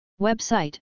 Website